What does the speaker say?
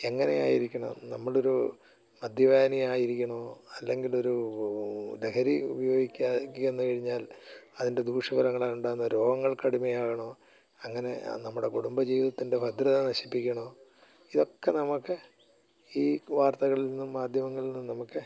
എങ്ങനെയായിരിക്കണം നമ്മളൊരു മദ്യപാനിയായിരിക്കണമോ അല്ലെങ്കിലൊരു ലഹരി ഉപയോഗിക്കാൻ കെന്ന് കഴിഞ്ഞാൽ അതിൻ്റെ ദൂഷ്യഫലങ്ങളാലുണ്ടാവുന്ന രോഗങ്ങൾക്ക് അടിമയാകണോ അങ്ങനെ അത് നമ്മുടെ കുടുംബജീവിതത്തിൻ്റെ ഭദ്രത നശിപ്പിക്കണോ ഇതൊക്കെ നമുക്ക് ഈ വാർത്തകളിൽ നിന്നും മാധ്യമങ്ങളിൽ നിന്നും നമുക്ക്